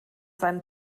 seinen